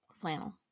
flannel